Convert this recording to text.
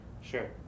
Sure